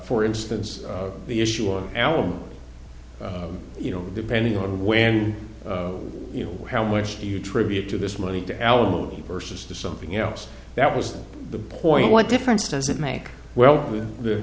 for instance the issue of alum you know depending on when you know how much do you tribute to this money to alimony versus the something else that was the point what difference does it make well the